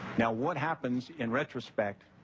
now what happens in retrospect